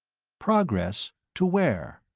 progress to where?